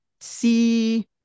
see